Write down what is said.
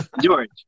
George